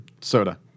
soda